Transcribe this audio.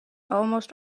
almost